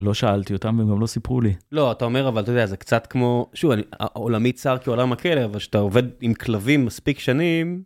לא שאלתי אותם והם גם לא סיפרו לי. לא, אתה אומר, אבל אתה יודע, זה קצת כמו, שוב, עולמי צר כי עולם הכלב, אבל כשאתה עובד עם כלבים מספיק שנים...